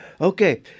Okay